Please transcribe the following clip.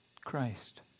Christ